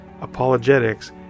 Apologetics